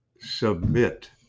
Submit